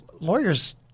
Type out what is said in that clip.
Lawyers